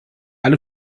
alle